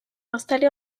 installée